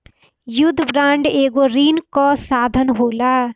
युद्ध बांड एगो ऋण कअ साधन होला